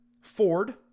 Ford